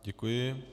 Děkuji.